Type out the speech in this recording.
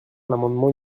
l’amendement